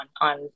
on